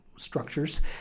structures